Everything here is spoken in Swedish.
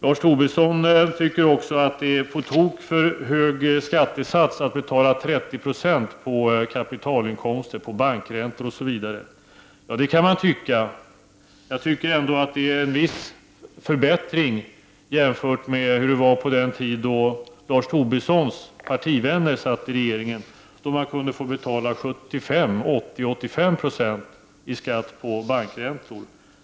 Lars Tobisson tyckte också att 30 70 skatt på kapitalinkomster, bankräntor, osv., är en på tok för hög skattesats. Det kan man tycka. Jag tycker ändå att det är en viss förbättring jämfört med hur det var på den tid då Lars Tobissons partivänner satt i regeringen. Då kunde man få betala 75-85 90 i skatt på bankräntor.